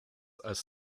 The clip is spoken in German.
als